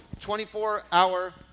24-hour